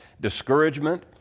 discouragement